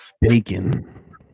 Bacon